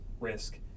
risk